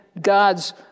God's